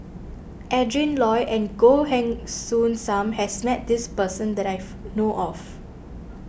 Adrin Loi and Goh Heng Soon Sam has met this person that I've know of